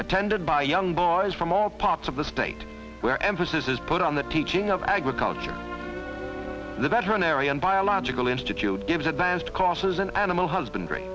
attended by young boys from all parts of the state where emphasis is put on the teaching of agriculture the veterinarian biological institute gives advanced courses in animal husbandry